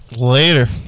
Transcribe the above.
later